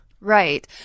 Right